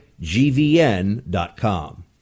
gvn.com